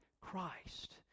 Christ